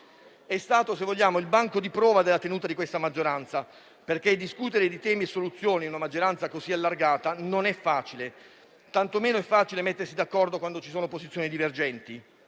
vogliamo, il banco di prova della tenuta di questa maggioranza, perché discutere di temi e soluzioni in una maggioranza così allargata non è facile; tantomeno è facile mettersi d'accordo quando ci sono posizioni divergenti.